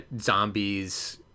zombies